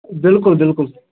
بِلکُل بِلکُل